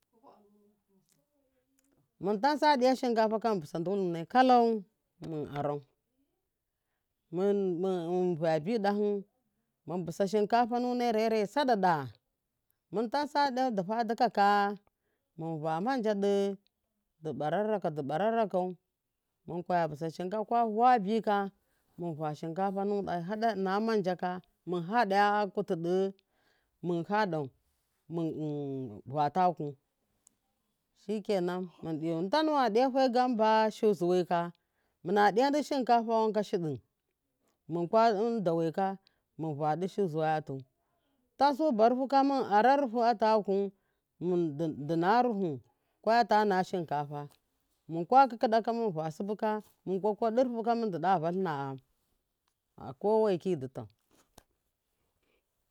Muntan sa diya shinkafaka mun busa duwul nuna kalaw mun arau mun mun va abi ɗahi mun busa shinkafa mun rere saɗaɗah muntansa diya dafa dukkakah munka manja ɗo du bararraka bararrakau mun kwa bisa shinkafa munkwa vuwabika muva shinkafa nuwu ɗe munhada ina manja ka mun hadaya kutu ɗe mun ha dau mitn vataku shike nan mun ɗiyau muntanuwa ɗiya fegain ba shuzuwaika muna diya di shinkafa ka shidi mukwa dawai ka mun vadi shuwatu tan su barufuka mun ara rufu ataku duna rufu kway na shinka mun ka kaduka ka mun vasubu ka mu kwakwu wa rufuka munda vahina gham koweki du tau.